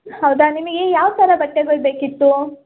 ಹೌದಾ ನಿಮಗೆ ಯಾವ ಥರ ಬಟ್ಟೆಗಳು ಬೇಕಿತ್ತು